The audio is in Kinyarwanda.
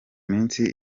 minsi